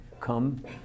Come